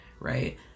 right